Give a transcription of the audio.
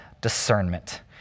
discernment